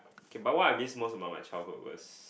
okay but what I miss most about my childhood was